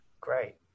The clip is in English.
great